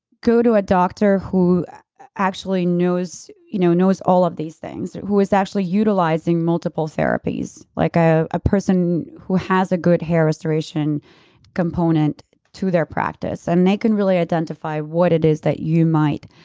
go to a doctor who actually knows you know all all of these things, who is actually utilizing multiple therapies. like ah a person who has a good hair restoration component to their practice. and they can really identify what it is that you might